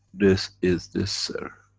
this is this sir.